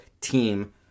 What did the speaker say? team